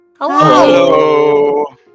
Hello